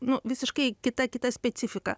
nu visiškai kita kita specifika